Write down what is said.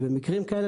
במקרים כאלה,